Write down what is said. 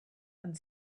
and